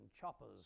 choppers